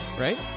right